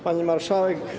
Pani Marszałek!